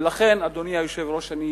ולכן, אדוני היושב-ראש, אני